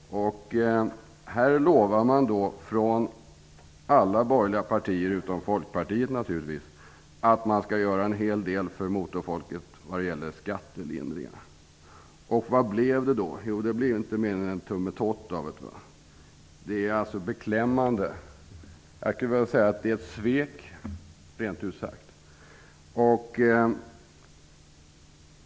Här lovar alla borgerliga partier utom naturligtvis Folkpartiet att de skall göra en hel del för motorfolket i form av skattelindringar. Och vad blev det? Det blev inte mer än en tummetott av det! Det är beklämmande! Jag skulle vilja säga rent ut att det är ett svek.